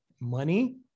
money